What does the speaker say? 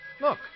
Look